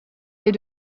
est